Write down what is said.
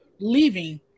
leaving